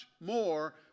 more